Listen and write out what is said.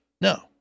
No